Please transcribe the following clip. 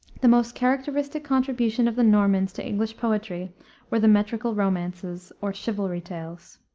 the most characteristic contribution of the normans to english poetry were the metrical romances or chivalry tales.